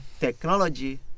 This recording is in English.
technology